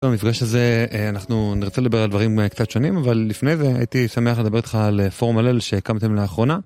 במפגש הזה אנחנו נרצה לדבר על דברים קצת שונים אבל לפני זה הייתי שמח לדבר איתך על פורום הלל שהקמתם לאחרונה